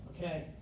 Okay